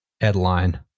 headline